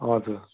हजुर